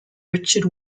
richard